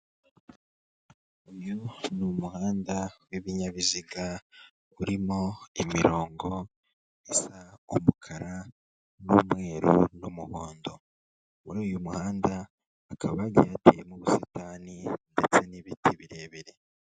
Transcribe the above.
Uyu ni umuhanda w'ibinyabiziga urimo imirongo isa umukara n'umweru n'umuhondo. Muri uyu muhanda hakaba hagiye hateyemo ubusitani ndetse n'ibiti birebire.